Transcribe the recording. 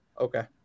Okay